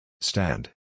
Stand